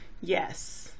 Yes